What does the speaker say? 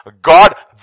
God